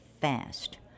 fast